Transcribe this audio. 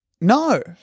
No